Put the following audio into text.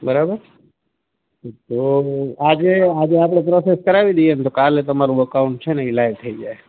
બરાબર તો આજે આજે આપણે પ્રોસેસ કરાવી દઇએ તો કાલે તમારું અકાઉન્ટ છે ને એ લાઇવ થઈ જાય